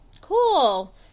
Cool